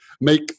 make